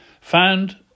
found